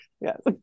yes